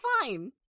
fine